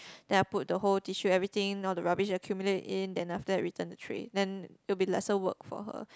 then I put the whole tissue everything all the rubbish accumulate in then after that return the tray then it will be lesser work for her